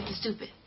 stupid